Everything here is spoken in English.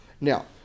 Now